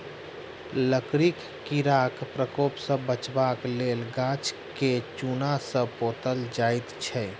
लकड़ीक कीड़ाक प्रकोप सॅ बचबाक लेल गाछ के चून सॅ पोतल जाइत छै